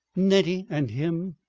nettie and him.